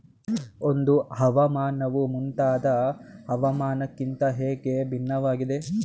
ಒಂದು ಹವಾಮಾನವು ಮತ್ತೊಂದು ಹವಾಮಾನಕಿಂತ ಹೇಗೆ ಭಿನ್ನವಾಗಿದೆ?